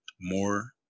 more